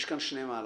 יש כאן שני מהלכים.